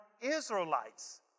Israelites